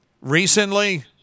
Recently